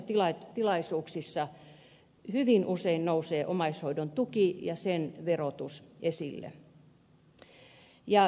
mutta erilaisissa tilaisuuksissa hyvin usein nousee omaishoidon tuki ja sen verotus esille